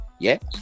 Yes